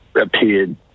appeared